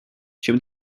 чем